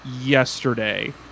yesterday